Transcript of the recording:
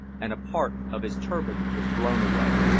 and a part of his turban was blown away.